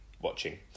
watching